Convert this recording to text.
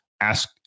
Ask